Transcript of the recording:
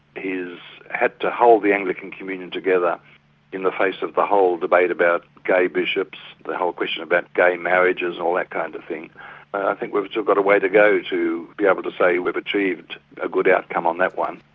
he's had to hold the anglican communion together in the face of the whole debate about gay bishops, the whole question about gay marriages and all that kind of thing. and i think we've still got a way to go to be able to say we've achieved a good outcome on that one.